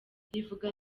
rivuga